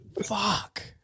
fuck